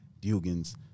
Dugan's